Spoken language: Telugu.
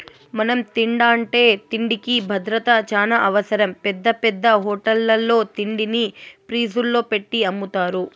మనం తింటాండే తిండికి భద్రత చానా అవసరం, పెద్ద పెద్ద హోటళ్ళల్లో తిండిని ఫ్రిజ్జుల్లో పెట్టి అమ్ముతారు